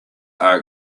are